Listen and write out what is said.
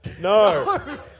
No